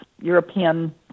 European